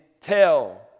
tell